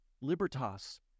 Libertas